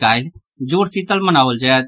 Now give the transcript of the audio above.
काल्हि जूड़शीतल मनाओल जायत